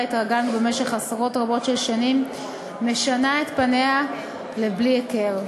התרגלנו במשך עשרות רבות של שנים משנה את פניה לבלי הכר.